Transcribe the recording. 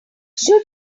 should